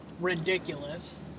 ridiculous